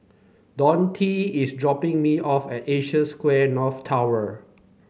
Donte is dropping me off at Asia Square North Tower